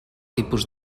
tipus